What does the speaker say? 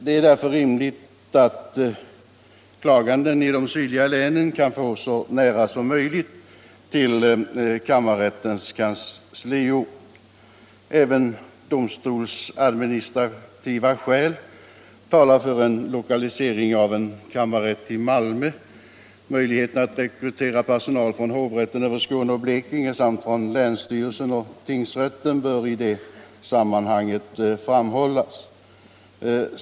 Det är därför rimligt att klagande i de sydliga länen kan få så nära som möjligt till kammarrättens kansliort. Även domstolsadministrativa skäl talar för en lokalisering av en kammarrätt till Malmö. Möjligheten att rekrytera personal från hovrätten över Skåne och Blekinge samt från länsstyrelsen och tingsrätten bör i det sammanhanget framhållas.